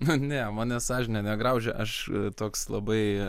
nu ne manęs sąžinė negraužia aš toks labai